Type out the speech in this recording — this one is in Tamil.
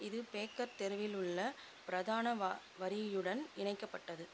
இது பேக்கர் தெருவில் உள்ள பிரதான வா வரியுடன் இணைக்கப்பட்டது